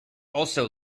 also